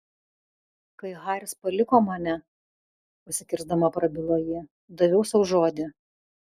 kai haris paliko mane užsikirsdama prabilo ji daviau sau žodį